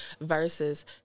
versus